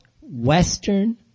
Western